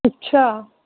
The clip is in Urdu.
اچھا